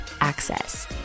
access